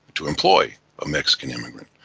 to employ a mexican immigrant.